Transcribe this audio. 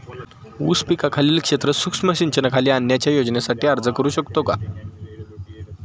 ऊस पिकाखालील क्षेत्र सूक्ष्म सिंचनाखाली आणण्याच्या योजनेसाठी अर्ज करू शकतो का?